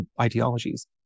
ideologies